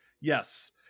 yes